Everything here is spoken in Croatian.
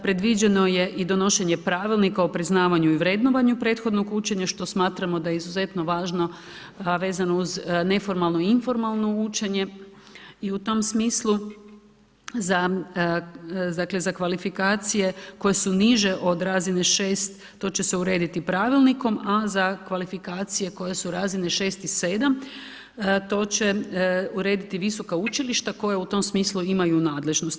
Predviđeno je i donošenje Pravilnika o priznavanju i vrednovanju prethodnog učenja što smatramo da je izuzetno važno a vezano uz neformalno informalno učenje i u tom smislu dakle za kvalifikacije koje su niže od razine 6 to će se urediti Pravilnikom, a za kvalifikacije koje su razine 6 i 7 to će urediti visoka učilišta koja u tom smislu imaju nadležnost.